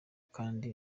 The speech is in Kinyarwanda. kandi